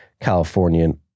Californian